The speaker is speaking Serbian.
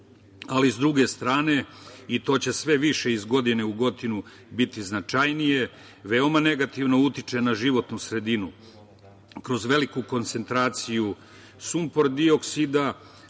ali sa druge strane i to će sve više iz godine u godinu biti značajnije, veoma negativno utiče na životnu sredinu, kroz veliku koncentraciju sumbor dioksida,